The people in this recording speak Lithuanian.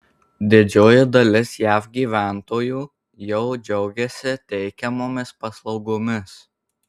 didžioji dalis jav gyventojų jau džiaugiasi teikiamomis paslaugomis